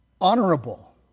honorable